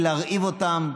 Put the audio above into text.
ולהרעיב אותם,